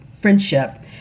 friendship